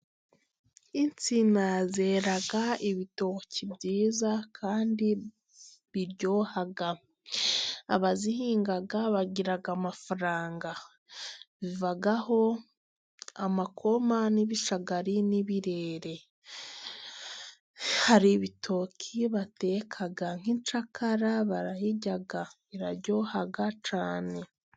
Insina zera ibitoki byiza kandi biryoha. Abazihinga bagira amafaranga. Zivaho amakoma n'ibishagari n'ibirere. Hari ibitoki bateka nk'incakara barayirya, iraryoha cyane.